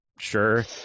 sure